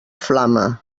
flama